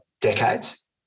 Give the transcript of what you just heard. decades